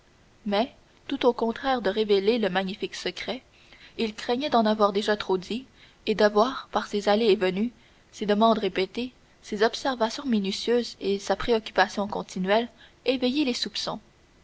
mais tout au contraire de révéler le magnifique secret il craignait d'en avoir déjà trop dit et d'avoir par ses allées et venues ses demandes répétées ses observations minutieuses et sa préoccupation continuelle éveillé les soupçons